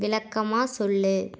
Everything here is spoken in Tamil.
விளக்கமாக சொல்